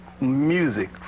music